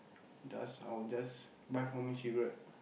just I will just buy for me cigarette